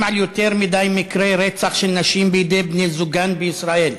על יותר מדי מקרי רצח של נשים בידי בני-זוגן בישראל.